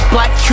Black